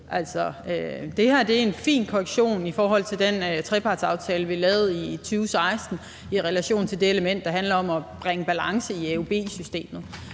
det her er en fin korrektion i forhold til den trepartsaftale, vi lavede i 2016, i relation til det element, der handler om at bringe balance i AUB-systemet.